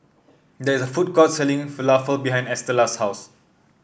there is a food court selling Falafel behind Estella's house